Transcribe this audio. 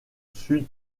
sud